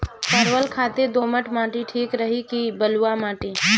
परवल खातिर दोमट माटी ठीक रही कि बलुआ माटी?